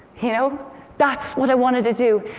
you know that's what i wanted to do.